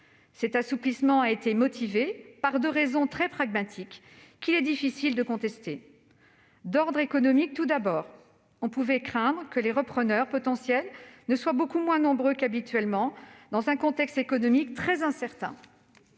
Cet assouplissement a été motivé par deux raisons très pragmatiques, qu'il est difficile de contester. Sur le plan économique, d'abord, on pouvait craindre que les repreneurs potentiels ne soient beaucoup moins nombreux qu'habituellement dans un contexte économique très incertain.